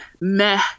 meh